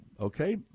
Okay